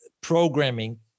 programming